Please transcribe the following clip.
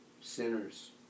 sinners